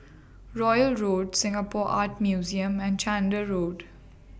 Royal Road Singapore Art Museum and Chander Road